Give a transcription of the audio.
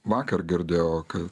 vakar girdėjau kai